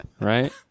right